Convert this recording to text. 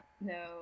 no